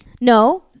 No